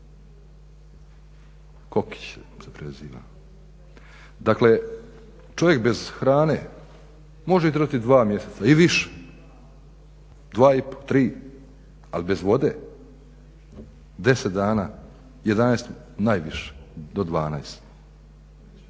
Kokić se preziva. Dakle, čovjek bez hrane može izdržati dva mjeseca i više, dva i po, tri, ali bez vode 10 dana, 11 najviše, do 12, bez